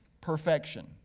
Perfection